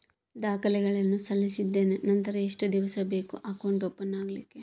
ದಾಖಲೆಗಳನ್ನು ಸಲ್ಲಿಸಿದ್ದೇನೆ ನಂತರ ಎಷ್ಟು ದಿವಸ ಬೇಕು ಅಕೌಂಟ್ ಓಪನ್ ಆಗಲಿಕ್ಕೆ?